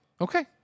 Okay